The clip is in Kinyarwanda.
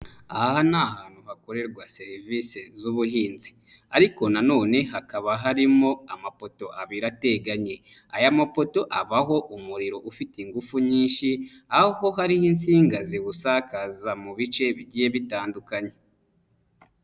Aha ni ahantu hakorerwa serivisi z'ubuhinzi. Ariko nanone hakaba harimo amapoto abiri ateganye. Aya mapoto abaho umuriro ufite ingufu nyinshi, aho hariho insinga ziwusakaza mu bice bigiye bitandukanye.